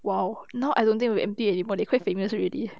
!whoa! now I don't think will empty anymore they quite famous already